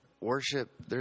worship